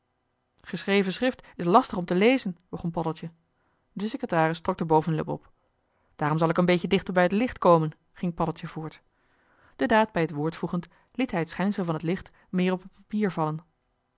geschreven schrift is lastig om te lezen begon paddeltje de secretaris trok de bovenlip op daarom zal ik een beetje dichter bij het licht komen ging paddeltje voort de daad bij het woord voegend liet hij het schijnsel van het licht meer op t papier vallen